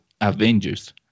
Avengers